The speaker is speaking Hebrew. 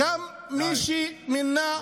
די, ווליד,